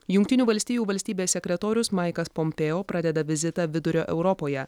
jungtinių valstijų valstybės sekretorius maikas pompėo pradeda vizitą vidurio europoje